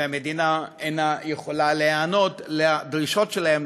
והמדינה אינה יכולה להיענות לדרישות שלהם,